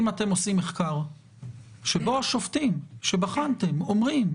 אם אתם עושים מחקר שבו השופטים שבחנתם אומרים